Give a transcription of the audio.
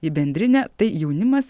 į bendrinę tai jaunimas